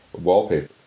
Wallpaper